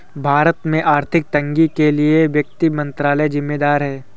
भारत में आर्थिक तंगी के लिए वित्त मंत्रालय ज़िम्मेदार है